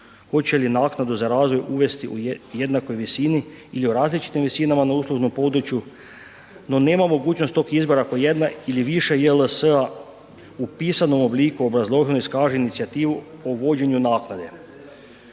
hoće li naknadu za razvoj uvesti u jednakoj visini ili u različitim visinama na uslužnom području no nema mogućnost tog izbora ako jedna ili više JLS-a u pisanom obliku obrazloženo iskaže inicijativu o vođenju naknade.